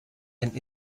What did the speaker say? and